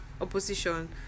opposition